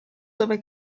dove